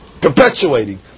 perpetuating